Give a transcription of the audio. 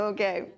Okay